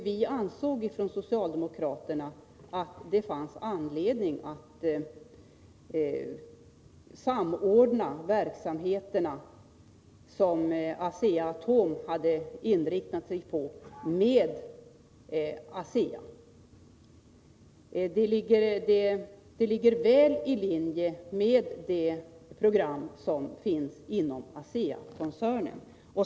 Vi ansåg från socialdemokratiskt håll att det fanns anledning att med ASEA samordna de verksamheter som Asea-Atom hade inriktat sig på. De ligger väl i linje med det program som finns inom ASEA-koncernen.